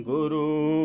Guru